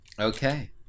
okay